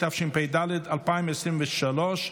התשפ"ד 2023,